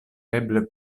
eble